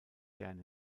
gern